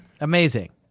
Amazing